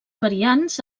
variants